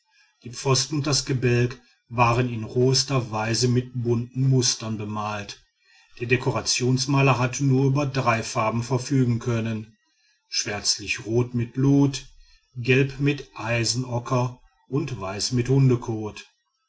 die pfosten und das gebälk waren in rohester weise mit bunten mustern bemalt der dekorationsmaler hatte nur über drei farben verfügen können schwärzlichrot mit blut gelb mit eisenocker und weiß mit hundekot